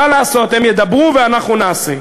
מה לעשות, הם ידברו ואנחנו נעשה.